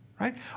Right